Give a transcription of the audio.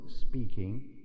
speaking